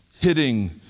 hitting